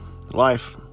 life